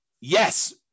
Yes